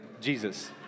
Jesus